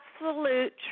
absolute